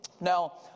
Now